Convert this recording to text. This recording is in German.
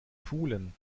pulen